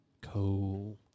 Cool